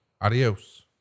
adios